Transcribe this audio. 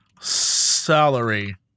salary